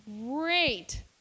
great